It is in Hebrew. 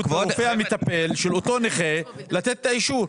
לרופא המטפל של אותו נכה לתת את האישור.